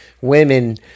women